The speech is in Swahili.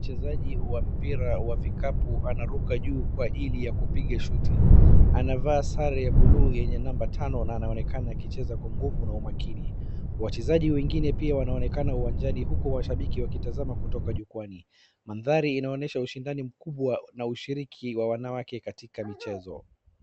Mchezaji wa mpira wa vikapu anaruka juu kwa ajili ya kupiga shuti. Anavaa sare blue yenye namba tano na anaonekana akicheza kwa nguvu na umakini. Wachezaji wengine wanaoneka uwanjani huku washabiki wakitazama kutoka jukuani. Mandhali inaonyesha ushindani mkubwa na ushiriki wa wanawake katika michezo.